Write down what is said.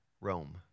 Rome